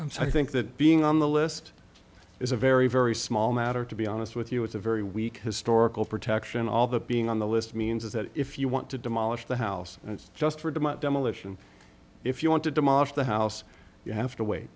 then i think that being on the list is a very very small matter to be honest with you it's a very weak historical protection all that being on the list means that if you want to demolish the house it's just for demonic demolition if you want to demolish the house you have to wait